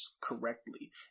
correctly